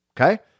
okay